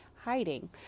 hiding